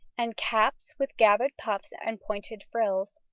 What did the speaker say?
and caps with gathered puffs and pointed frills.